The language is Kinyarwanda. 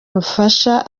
ubufasha